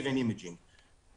אנחנו נמצאים בכל הארץ.